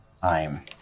time